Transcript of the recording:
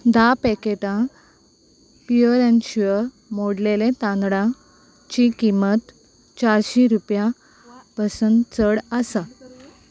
धा पॅकेटां pure and sure मोडलेले तांदळांची किंमत चारशी रुपया पसून चड आसा